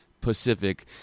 Pacific